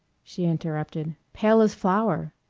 she interrupted, pale as flour.